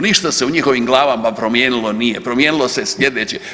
Ništa se u njihovim glavama promijenilo nije, promijenilo se sljedeće.